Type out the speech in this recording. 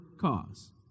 cause